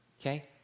okay